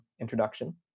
introduction